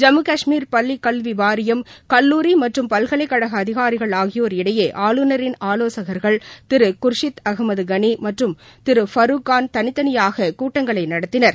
ஜம்மு கஷ்மீர் பள்ளிக் கல்வி வாரியம் கல்லூரி மற்றும் பல்கலைக்கழக அதிகாரிகள் ஆகியோர் இடையே ஆளுநரின் ஆலோசகர்கள் திரு குர்ஷித் அகமது களி மற்றும் திரு பருக்கான் தனித்தனியாக கூட்டங்களை நடத்தினர்